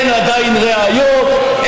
אין עדיין ראיות,